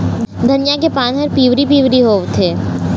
धनिया के पान हर पिवरी पीवरी होवथे?